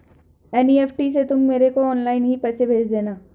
NEFT से तुम मेरे को ऑनलाइन ही पैसे भेज देना